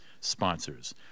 sponsors